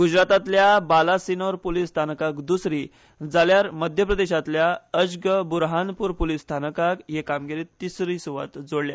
गुजरातातल्या बालासिनोर पुलीस स्थानकाक द्सरी जाल्यार मध्यप्रदेशातल्या अज्क बुरहानपुर पुलीस स्थानकान हे कामगिरीत तिसरी सुवात जोडल्या